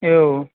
એવું